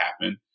happen